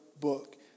book